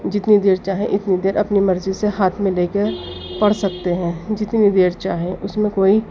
جتنی دیر چاہیں اتنی دیر اپنی مرضی سے ہاتھ میں لے کے پڑھ سکتے ہیں جتنی دیر چاہیں اس میں کوئی